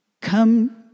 come